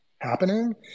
happening